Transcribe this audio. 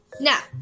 Now